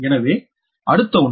எனவே அடுத்த ஒன்று